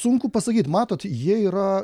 sunku pasakyt matot jie yra